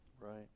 Right